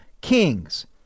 kings